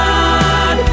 God